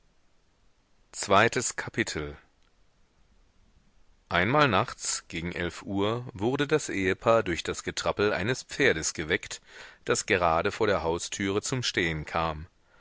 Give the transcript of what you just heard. zweites kapitel einmal nachts gegen elf uhr wurde das ehepaar durch das getrappel eines pferdes geweckt das gerade vor der haustüre zum stehen kam